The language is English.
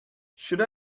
should